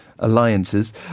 Alliances